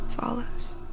follows